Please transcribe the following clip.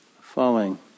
falling